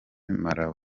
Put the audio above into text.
malawi